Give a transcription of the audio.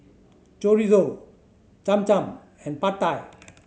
Chorizo Cham Cham and Pad Thai